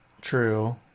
true